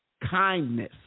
kindness